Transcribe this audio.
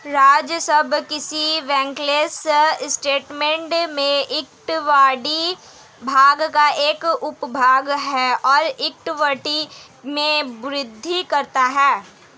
राजस्व किसी balance statement में इक्विटी भाग का एक उपभाग है और इक्विटी में वृद्धि करता है